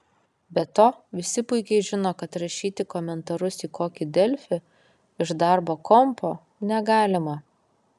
be to visi puikiai žino kad rašyti komentarus į kokį delfį iš darbo kompo negalima